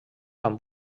amb